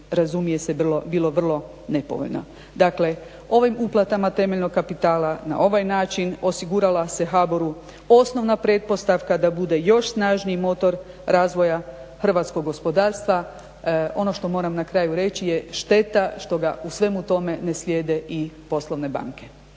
razumije se bilo vrlo nepovoljno. Dakle, ovim uplatama temeljnog kapitala na ovaj način osigurala se HBOR-u osnovna pretpostavka da bude još snažniji motor razvoja hrvatskog gospodarstva. Ono što moram na kraju reći je šteta što ga u svemu tome ne slijede i poslovne banke.